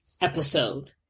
episode